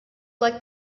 liked